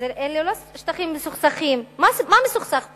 מה מסוכסך פה?